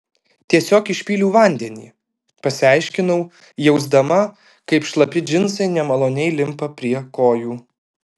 tiesiog išpyliau vandenį pasiaiškinau jausdama kaip šlapi džinsai nemaloniai limpa prie kojų